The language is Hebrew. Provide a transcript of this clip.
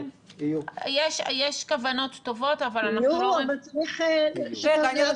יש כוונות טובות אבל אנחנו לא רואים --- אני התעסקי